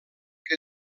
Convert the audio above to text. que